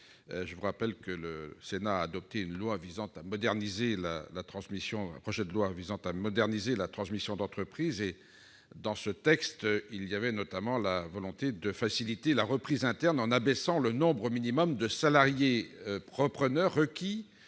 Je vous rappelle que le Sénat a adopté une proposition de loi visant à moderniser la transmission d'entreprise. Ce texte traduisait notamment la volonté de faciliter la reprise interne en abaissant le nombre minimum de salariés repreneurs requis